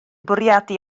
bwriadu